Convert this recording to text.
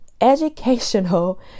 educational